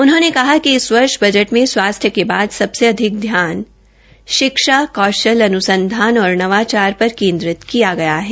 उन्होंने कहा कि इस वर्ष बजट में स्वास्थ्य के बाद सबसे अधिक ध्यान शिक्षा कौशल अन्संधान और नवाचार पर केन्द्रित किया गया है